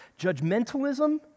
judgmentalism